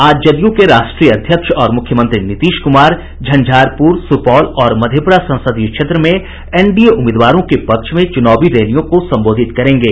आज जदयू के राष्ट्रीय अध्यक्ष और मुख्यमंत्री नीतीश कुमार झंझारपुर सुपौल और मधेपुरा संसदीय क्षेत्र में एनडीए उम्मीदवारों के पक्ष में चुनावी रैलियों को संबोधित करेंगे